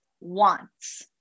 wants